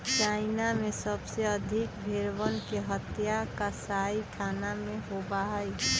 China में सबसे अधिक भेंड़वन के हत्या कसाईखाना में होबा हई